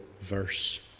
verse